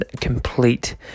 complete